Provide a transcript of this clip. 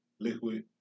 Liquid